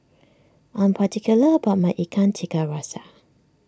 I am particular about my Ikan Tiga Rasa